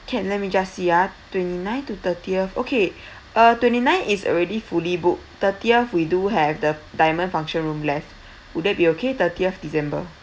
can let me just see ah twenty-ninth to thirtieth okay uh twenty-ninth is already fully booked thirtieth we do have the diamond function room left would that be okay thirtieth december